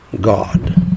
God